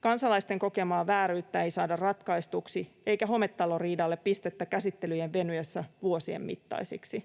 Kansalaisten kokemaa vääryyttä ei saada ratkaistuksi eikä hometaloriidalle pistettä käsittelyjen venyessä vuosien mittaisiksi.